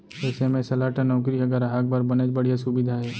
SMS alert नउकरी ह गराहक बर बनेच बड़िहा सुबिधा हे